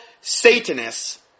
Satanists